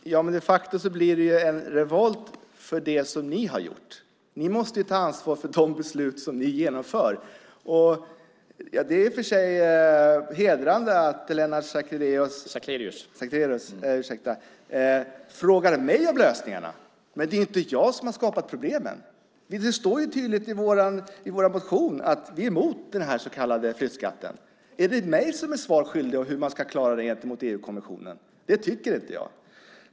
Fru talman! De facto blir det en revolt för det som ni har gjort. Ni måste ta ansvar för de beslut som ni fattar. Det är i och för sig hedrande att Lennart Sacrédeus frågar mig om lösningarna, men det är inte jag som har skapat problemen. Det står tydligt i vår motion att vi är emot den här så kallade flyttskatten. Är det jag som är svaret skyldig hur man ska klara det gentemot EU-kommissionen? Det tycker inte jag.